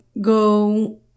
go